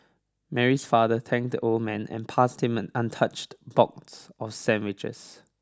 Mary's father thanked the old man and passed him an untouched box of sandwiches